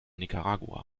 nicaragua